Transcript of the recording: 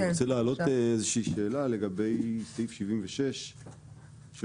אני רוצה להעלות שאלה לגבי סעיף 76 בו